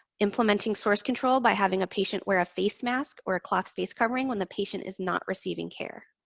implementing source control by having a patient wear a face mask or a cloth face covering when the patient is not receiving care.